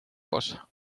cosa